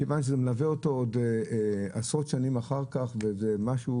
מכיוון שזה מלווה אותו עוד עשרות שנים אחר כך וזה משהו